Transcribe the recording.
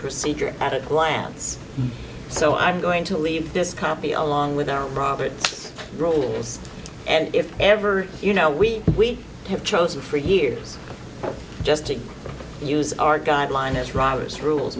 procedure at a glance so i'm going to leave this comp be along with our robert's rules and if ever you know we have chosen for years just to use our guideline as roberts rules